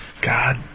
God